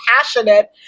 passionate